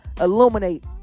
illuminate